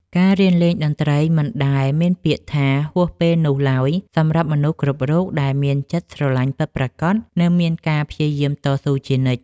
ការរៀនលេងតន្ត្រីមិនដែលមានពាក្យថាហួសពេលនោះឡើយសម្រាប់មនុស្សគ្រប់រូបដែលមានចិត្តស្រឡាញ់ពិតប្រាកដ និងមានការព្យាយាមតស៊ូជានិច្ច។